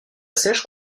seiche